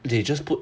they just put